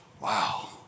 Wow